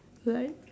hurt